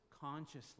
consciously